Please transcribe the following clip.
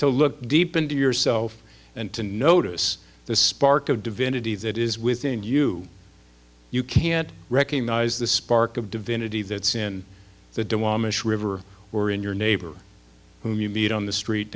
to look deep into yourself and to notice the spark of divinity that is within you you can't recognise the spark of divinity that's in the river or in your neighbor whom you meet on the street